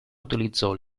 utilizzò